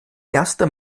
erste